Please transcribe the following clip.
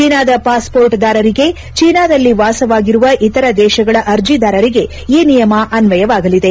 ಚೀನಾದ ಪಾಸ್ಪೋರ್ಟ್ದಾರರಿಗೆ ಚೀನಾದಲ್ಲಿ ವಾಸವಾಗಿರುವ ಇತರ ದೇಶಗಳ ಅರ್ಜಿದಾರರಿಗೆ ಈ ನಿಯಮ ಅಸ್ನಯವಾಗಲಿದೆ